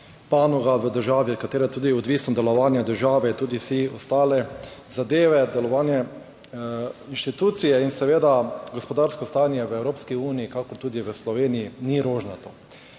panoga v državi od katere je tudi odvisno od delovanja države in tudi vsi ostali zadeve. Delovanje inštitucije in seveda gospodarsko stanje v Evropski uniji, kakor tudi v Sloveniji, ni rožnato.